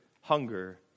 hunger